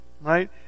Right